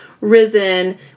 risen